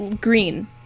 green